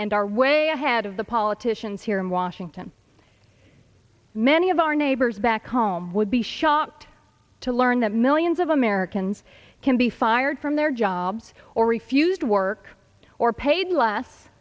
and are way ahead of the politicians here in washington many of our neighbors back home would be shocked to learn that millions of americans can be fired from their jobs or refused work or paid l